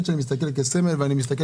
דיברת